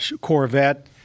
Corvette